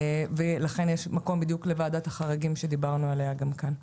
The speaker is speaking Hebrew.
ולכן יש מקום לוועדת החריגים שדיברנו עליה גם כאן.